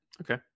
okay